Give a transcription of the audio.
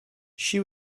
she